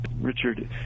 Richard